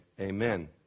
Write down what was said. Amen